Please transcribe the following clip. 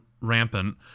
rampant